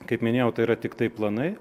kaip minėjau tai yra tiktai planai